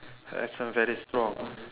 her accent very strong